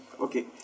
okay